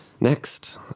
Next